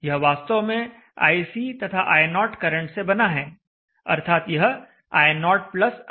यह वास्तव में iC तथा i0 करंट से बना है अर्थात यह i0 iC है